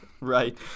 right